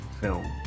Film